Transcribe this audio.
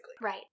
Right